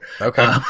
Okay